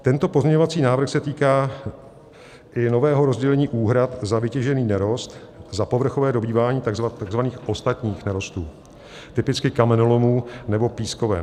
Tento pozměňovací návrh se týká i nového rozdělení úhrad za vytěžený nerost, za povrchové dobývání takzvaných ostatních nerostů, typicky kamenolomů nebo pískoven.